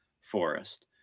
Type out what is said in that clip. forest